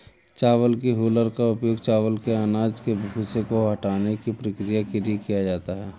चावल की हूलर का उपयोग चावल के अनाज के भूसे को हटाने की प्रक्रिया के लिए किया जाता है